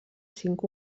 cinc